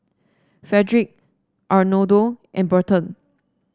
Frederic Arnoldo and Burton